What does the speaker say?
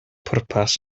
pwrpas